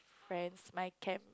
friends my camp